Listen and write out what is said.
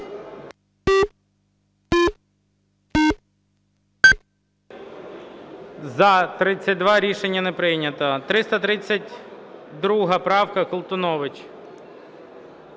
За-32 Рішення не прийнято. 332 правка. Колтунович.